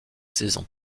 saison